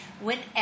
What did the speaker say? whenever